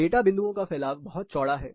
data बिंदुओं का फैलाव बहुत चौड़ा है